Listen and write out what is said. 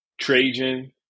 Trajan